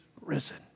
risen